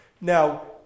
Now